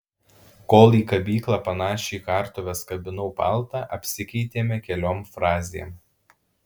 kol į kabyklą panašią į kartuves kabinau paltą apsikeitėme keliom frazėm